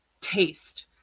taste